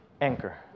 anchor